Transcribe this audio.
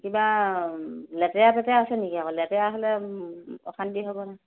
কিবা লেতেৰা পেতেৰা আছে নেকি আকৌ লেতেৰা হ'লে অশান্তি হ'ব নহয়